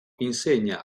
insegna